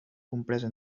compresa